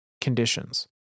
conditions